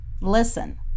Listen